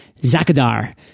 Zakadar